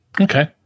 Okay